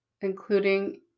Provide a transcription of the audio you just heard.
including